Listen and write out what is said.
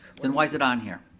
then why is it on here?